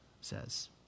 says